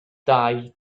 dau